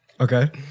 Okay